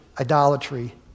idolatry